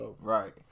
Right